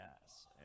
Yes